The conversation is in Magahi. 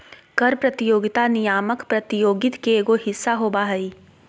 कर प्रतियोगिता नियामक प्रतियोगित के एगो हिस्सा होबा हइ